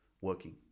working